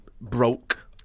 broke